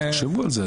תחשבו על זה,